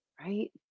right